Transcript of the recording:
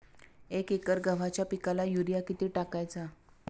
एक एकर गव्हाच्या पिकाला युरिया किती टाकायचा?